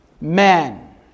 man